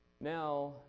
Now